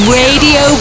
radio